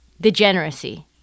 Degeneracy